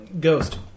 Ghost